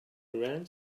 around